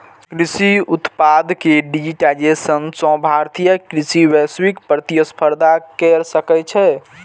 कृषि उत्पाद के डिजिटाइजेशन सं भारतीय कृषि वैश्विक प्रतिस्पर्धा कैर सकै छै